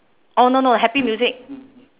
oh no no happy music